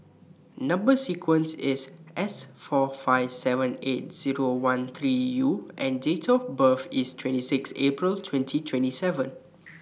Number sequence IS S four five seven eight Zero one three U and Date of birth IS twenty six April twenty twenty seven